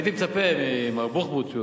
הייתי מצפה ממר בוחבוט,